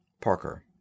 Parker